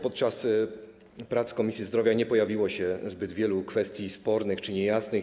Podczas prac Komisji Zdrowia nie pojawiło się zbyt wiele kwestii spornych czy niejasnych.